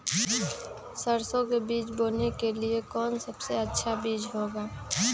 सरसो के बीज बोने के लिए कौन सबसे अच्छा बीज होगा?